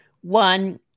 One